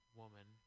woman